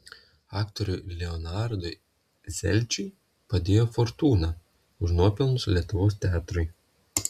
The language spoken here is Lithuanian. aktoriui leonardui zelčiui padėkos fortūna už nuopelnus lietuvos teatrui